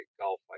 golf